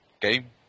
game